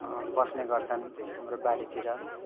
पस्ने गर्छन् हाम्रो बालीतिर